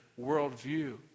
worldview